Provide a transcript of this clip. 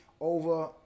over